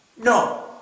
No